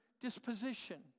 disposition